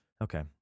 Okay